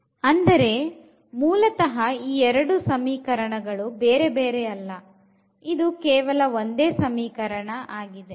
ಅಂದರೆ ಮೂಲತಹ ಈ ಎರಡು ಸಮೀಕರಣಗಳು ಬೇರೆ ಬೇರೆ ಅಲ್ಲ ಇದು ಕೇವಲ ಒಂದೇ ಸಮೀಕರಣ ಆಗಿದೆ